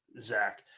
Zach